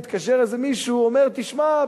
מתקשר איזה מישהו ואומר: תשמע,